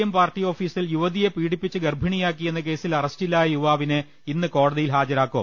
M party ഓഫീസിൽ യുവതിയെ പീഡിപ്പിച്ച് ഗർഭിണിയാക്കിയെന്ന കേസിൽ അറസ്റ്റിലായ യുവാവിനെ ഇന്ന് കോടതിയിൽ ഹാജരാക്കും